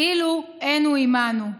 כאילו אין הוא עימנו.